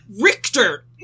Richter